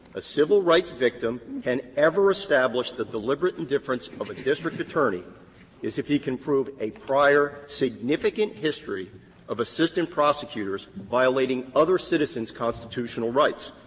a civil rights victim can ever establish the deliberate indifference of a district attorney is if he can prove a prior significant history of assistant prosecutors violating other citizens' constitutional rights.